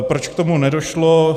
Proč k tomu nedošlo?